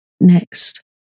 next